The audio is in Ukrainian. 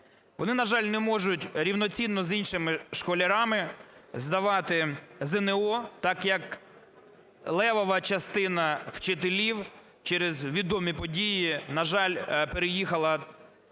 Вони, на жаль, не можуть рівноцінно з іншими школярами здавати ЗНО, так як левова частина вчителів через відомі події, на жаль, переїхала в